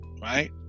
right